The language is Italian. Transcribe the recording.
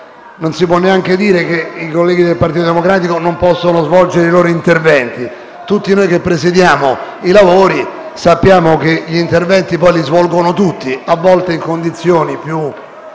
Non si può neanche dire che i colleghi del Partito Democratico non possono svolgere i loro interventi. Tutti noi che presiediamo i lavori sappiamo che gli interventi si svolgono tutti, anche se a volte in condizioni più